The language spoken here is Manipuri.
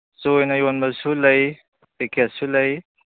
ꯆꯣꯏꯅ ꯌꯣꯟꯕꯁꯨ ꯂꯩ ꯄꯤꯀꯦꯠꯁꯨ ꯂꯩ